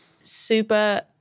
super